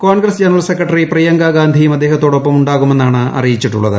Congress general secretary Priyanka ഗാന്ധിയും അദ്ദേഹത്തോടൊപ്പം ഉണ്ടാകുമെന്നാണ് അറിയിച്ചിട്ടുള്ളത്